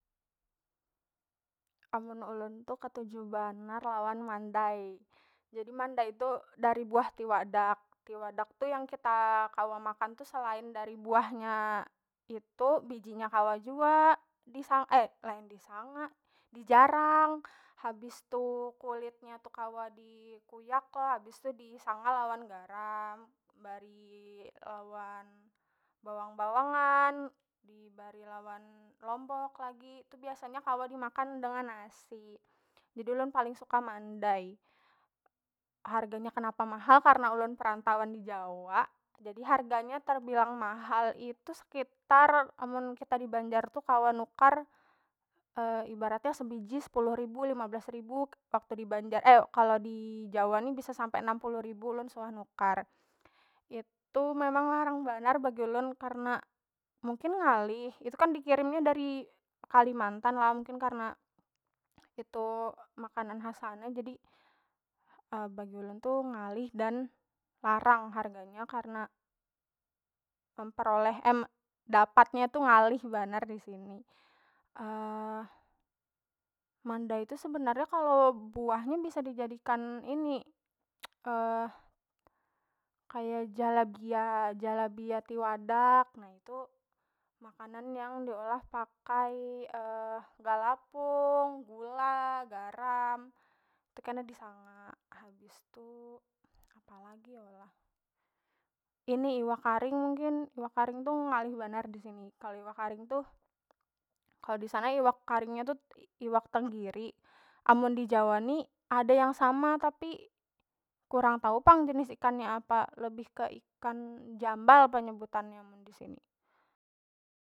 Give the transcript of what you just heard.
Amun ulun tu ketuju banar lawan mandai, jadi mandai tu dari buah tiwadak tiwadak tu yang kita kawa makan tu selain dari buah nya itu biji nya kawa jua disang lain disanga dijarang habis tu kulit nya tu kawa dikuyak lah habis tu disanga lawan garam bari lawan bawang- bawangan, dibari lawan lombok lagi, tu biasanya kawa dimakan dengan nasi. Jadi ulun paling suka mandai harganya kenapa mahal karna ulun perantauan di jawa jadi harganya terbilang mahal itu sekitar amun kita di banjar tu kawa nukar ibaratnya sebiji sepuluh ribu lima belas ribu waktu dibanjar kalau di jawa ni bisa sampai enam puluh ribu ulun suah nukar, itu memang larang banar bagi ulun karna mungkin ngalih itu kan dikirim nya dari kalimantan lah mungkin karna itu makanan khas sana, jadi bagi ulun tu ngalih dan larang harganya karna memperoleh dapatnya tu ngalih banar disini. mandai tu sebenarnya kalo buahnya bisa dijadikan ini kaya jalabia- jalabia tiwadak na itu, makanan yang diolah pakai galapung, gula, garam tu kena disanga habis tu apalagi yo lah ini iwak karing mungkin- iwak karing tu ngalih banar disini kalo iwak karing tuh kalo disana iwak karing nya tuh iwak tenggiri amun di jawa ni ada yang sama tapi kurang tau pang jenis ikannya apa lebih ke ikan jambal penyebutannya amun disini.